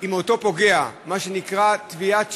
עם אותו פוגע, מה שנקרא: תביעת שיבוב.